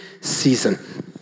season